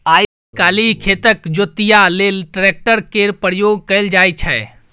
आइ काल्हि खेतक जोतइया लेल ट्रैक्टर केर प्रयोग कएल जाइ छै